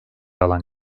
alan